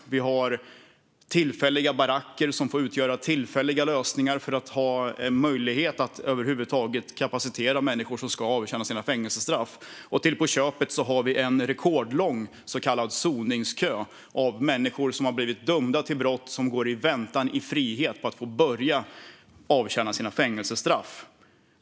Man har baracker som får utgöra tillfälliga lösningar för att det över huvud taget ska finnas möjlighet att inkapacitera människor som ska avtjäna sina fängelsestraff. Till på köpet har vi en rekordlång så kallad soningskö av människor som har blivit dömda för brott och går i frihet i väntan på att få börja avtjäna sina fängelsestraff.